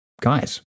guys